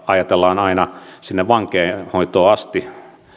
ajatellaan hätäkeskusilmoituksesta aina sinne vankeinhoitoon asti